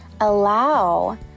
allow